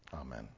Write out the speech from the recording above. amen